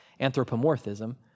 anthropomorphism